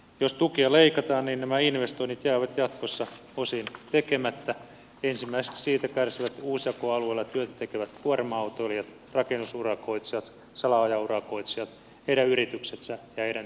jos tukea leikataan nämä investoinnit jäävät jatkossa osin tekemättä ja ensimmäiseksi siitä kärsivät uusjakoalueella työtä tekevät kuorma autoilijat rakennusurakoitsijat salaojaurakoitsijat heidän yrityksensä ja heidän työntekijänsä